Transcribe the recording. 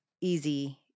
easy